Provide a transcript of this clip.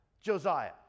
Josiah